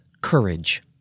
courage